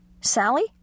Sally